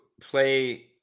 play